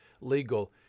legal